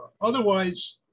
Otherwise